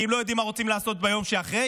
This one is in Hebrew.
כי אם לא יודעים מה רוצים לעשות ביום שאחרי,